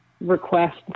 request